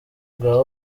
bwa